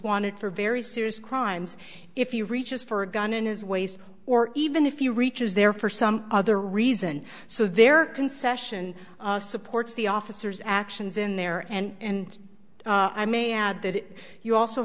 wanted for very serious crimes if you reaches for a gun in his waist or even if you reaches there for some other reason so there are concession supports the officers actions in there and i may add that you also